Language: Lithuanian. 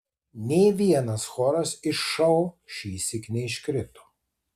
nė vienas choras iš šou šįsyk neiškrito